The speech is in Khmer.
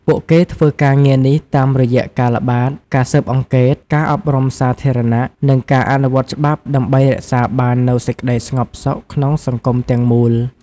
ពួកគេធ្វើការងារនេះតាមរយៈការល្បាត ការស៊ើបអង្កេត ការអប់រំសាធារណៈ និងការអនុវត្តច្បាប់ដើម្បីរក្សាបាននូវសេចក្ដីស្ងប់សុខក្នុងសង្គមទាំងមូល។